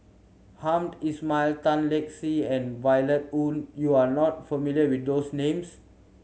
Hamed Ismail Tan Lark Sye and Violet Oon you are not familiar with those names